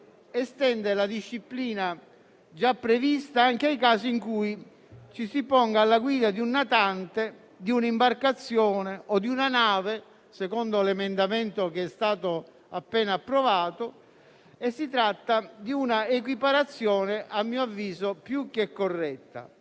estende la disciplina già prevista anche ai casi in cui ci si ponga alla guida di un natante, di un'imbarcazione o di una nave (secondo l'emendamento che è stato appena approvato) e si tratta di una equiparazione a mio avviso più che corretta.